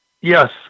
yes